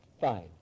Fine